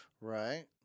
Right